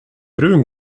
brun